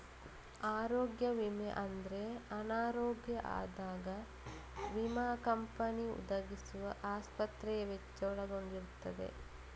ಆರೋಗ್ಯ ವಿಮೆ ಅಂದ್ರೆ ಅನಾರೋಗ್ಯ ಆದಾಗ ವಿಮಾ ಕಂಪನಿ ಒದಗಿಸುವ ಆಸ್ಪತ್ರೆ ವೆಚ್ಚ ಒಳಗೊಂಡಿರ್ತದೆ